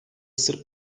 sırp